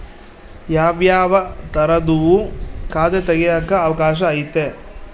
ಯಾವ್ಯಾವ ತರದುವು ಖಾತೆ ತೆಗೆಕ ಅವಕಾಶ ಐತೆ?